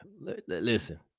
Listen